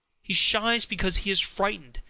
he shies because he is frightened,